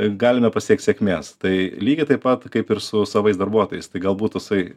galime pasiekt sėkmės tai lygiai taip pat kaip ir su savais darbuotojais tai galbūt toksai